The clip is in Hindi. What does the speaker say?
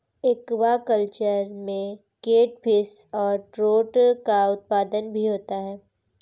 एक्वाकल्चर में केटफिश और ट्रोट का उत्पादन भी होता है